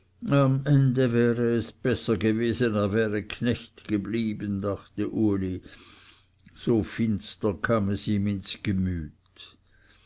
es besser gewesen er wäre knecht geblieben dachte uli so finster kam es ihm ins gemüt